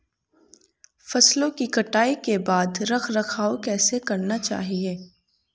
फसलों की कटाई के बाद रख रखाव कैसे करना चाहिये?